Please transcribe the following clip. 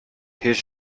his